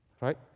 right